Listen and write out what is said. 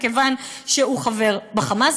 כיוון שהוא חבר ב"חמאס",